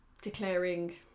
declaring